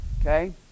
okay